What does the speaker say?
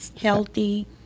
healthy